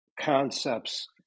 concepts